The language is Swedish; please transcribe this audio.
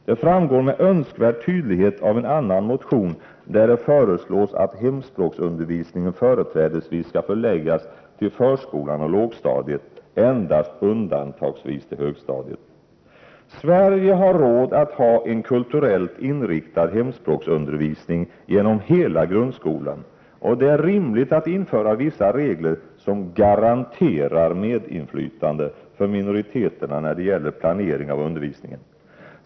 Detta framgår med önskvärd tydlighet av en annan motion, där det föreslås att hemspråksundervisningen företrädesvis skall förläggas till förskolan och lågstadiet, endast undantagsvis till högstadiet. Sverige har råd att ha en kulturellt inriktad hemspråksundervisning genom hela grundskolan, och det är rimligt att införa vissa regler som garanterar medinflytande för minoriteterna när det gäller planeringen av undervisningen.